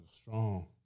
strong